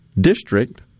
district